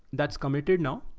that's committed now.